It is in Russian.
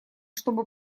чтобы